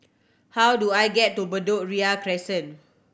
how do I get to Bedok Ria Crescent